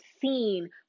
seen